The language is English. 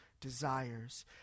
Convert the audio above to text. desires